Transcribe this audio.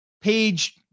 page